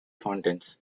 fountains